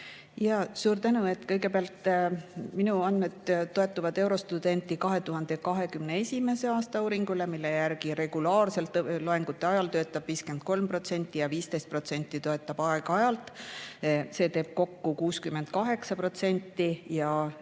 Suur tänu! Kõigepealt, minu andmed toetuvad Eurostudenti 2021. aasta uuringule, mille järgi regulaarselt töötab loengute ajal 53% ja 15% töötab aeg-ajalt. See teeb kokku 68%.